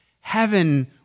heaven